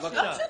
זה לא משנה.